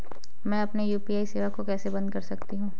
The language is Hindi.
मैं अपनी यू.पी.आई सेवा को कैसे बंद कर सकता हूँ?